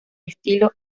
estilo